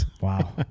Wow